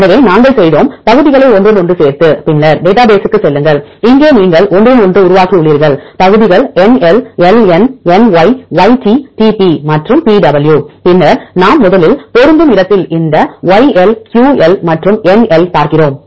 எனவே நாங்கள் செய்தோம் பகுதிகளை ஒன்றுடன் ஒன்று சேர்த்து பின்னர் டேட்டாபேஸ் க்கு செல்லுங்கள் இங்கே நீங்கள் ஒன்றுடன் ஒன்று உருவாக்கியுள்ளீர்கள் பகுதிகள் NL LN NY YT TP மற்றும் PW பின்னர் நாம் முதலில் பொருந்தும் இடத்தில் இந்த YL QL மற்றும் NL பார்க்கிறோம்